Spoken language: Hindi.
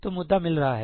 तो मुद्दा मिल रहा है